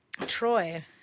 Troy